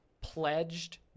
pledged